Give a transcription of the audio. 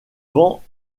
vent